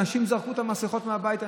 אנשים זרקו את המסכות מהבית.